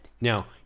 Now